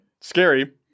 Scary